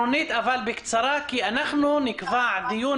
נשמע על כך בקצרה כי נקבע מאוחר יותר דיון